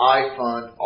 iFund